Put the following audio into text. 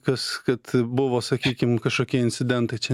kas kad buvo sakykim kažkokie incidentai čia